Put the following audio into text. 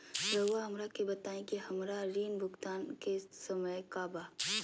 रहुआ हमरा के बताइं कि हमरा ऋण भुगतान के समय का बा?